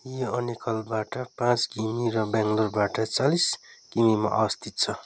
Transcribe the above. यो अनेकलबाट पाँच किमि र बङ्गलोरबाट चालिस किमिमा अवस्थित छ